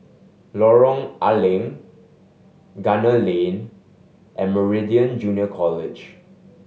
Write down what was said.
Lorong A Leng Gunner Lane and Meridian Junior College